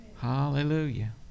Hallelujah